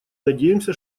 надеемся